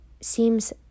seems